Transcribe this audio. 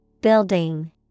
Building